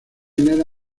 hilera